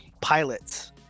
pilots